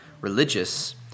religious